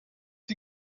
die